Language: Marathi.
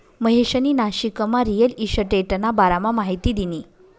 महेशनी नाशिकमा रिअल इशटेटना बारामा माहिती दिनी